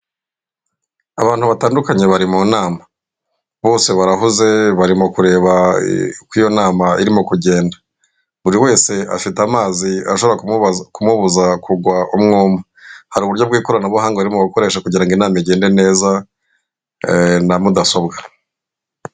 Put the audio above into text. Abantu batandukanye bari mu nama bose barahuze barimo kureba uko iyo nama irimo kugenda, buri wese afite amazi ashobora kumubuza kugwa umwuma. Hari uburyo bw'ikoranabuhanga barimo gukoresha kugirango inama igende neza na mudasobwa.